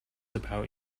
about